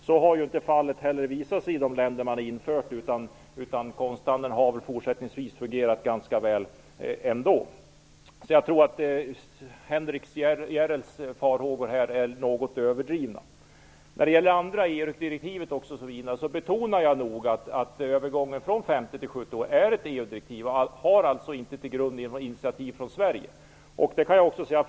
Så har ju inte heller visat sig vara fallet i de länder där avgiften införts, utan konsthandeln har visat sig fungera ganska väl. Därför tror jag att Henrik S Järrels farhågor är något överdrivna. Jag vill betona att övergången från 50 till 70 års skyddstid är ett EU-direktiv. Det har alltså inte sin i grund något initiativ från svensk sida.